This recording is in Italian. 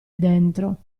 dentro